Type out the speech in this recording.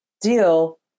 deal